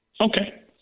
Okay